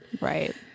Right